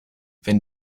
wenn